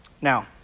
Now